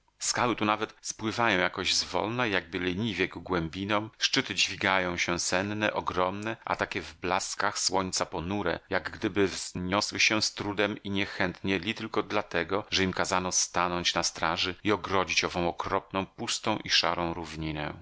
skały tu nawet spływają jakoś zwolna i jakby leniwie ku głębinom szczyty dźwigają się senne ogromne a takie w blaskach słońca ponure jak gdyby wzniosły się z trudem i niechętnie li tylko dlatego że im kazano stanąć na straży i ogrodzić ową okropną pustą i szarą równinę